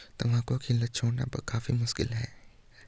तंबाकू की लत छोड़नी काफी मुश्किल है